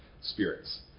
spirits